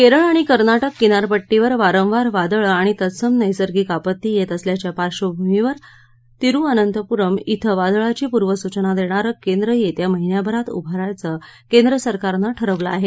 केरळ आणि कर्नाटक किनारपट्टीवर वारंवार वादळं आणि तत्सम नैसर्गिक आपत्ती येत असल्याच्या पार्श्वभूमीवर तिरुअंनतपुरम इथं वादळाची पूर्वसूचना देणारं केंद्र येत्या महिन्याभरात उभारायचं केंद्र सरकारनं ठरवलं आहे